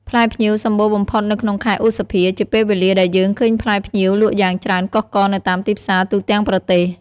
ផ្លែផ្ញៀវសម្បូរបំផុតនៅក្នុងខែឧសភា ជាពេលវេលាដែលយើងឃើញផ្លែផ្ញៀវលក់យ៉ាងច្រើនកុះករនៅតាមទីផ្សារទូទាំងប្រទេស។